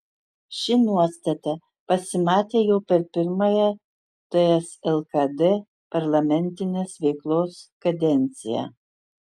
ši nuostata pasimatė jau per pirmąją ts lkd parlamentinės veiklos kadenciją